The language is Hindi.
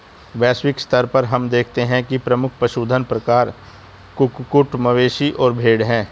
वैश्विक स्तर पर हम देखते हैं कि प्रमुख पशुधन प्रकार कुक्कुट, मवेशी और भेड़ हैं